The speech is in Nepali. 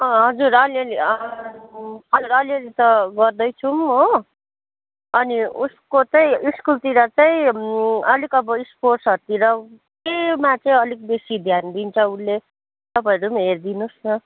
अँ हजुर अलिअलि हजुर अलिअलि त गर्दैछौँ हो अनि उसको चाहिँ स्कुलतिर चाहिँ अलिक अब स्पोर्ट्सहरूतिर केमा चाहिँ अलिक बेसी ध्यान दिन्छ उसले तपाईँहरू पनि हेरिदिनुहोस् न